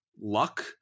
luck